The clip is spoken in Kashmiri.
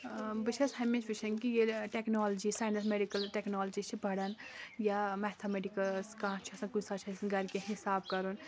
اۭں بہٕ چھَس ہمیشہِ وٕچھان کہِ ییٚلہِ ٹٮ۪کنالجی ساینَس مٮ۪ڈِکَل ٹٮ۪کنالجی چھِ پَرَن یا مٮ۪تھَمٮ۪ٹِکٕس کانٛہہ چھِ آسان کُنہِ ساتہٕ چھِ آسان گَرِ کینٛہہ حساب کَرُن